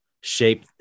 shape